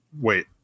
Wait